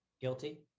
Guilty